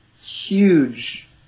huge